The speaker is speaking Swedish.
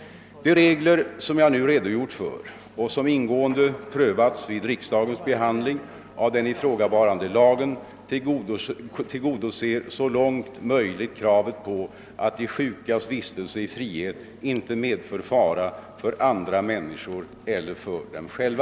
De regler som jag nu redogjort för och som ingående prövats vid riksdagens behandling av den ifrågavarande lagen tillgodoser så långt möjligt kravet på att de sjukas vistelse i frihet inte medför fara för andra människor eller för dem själva.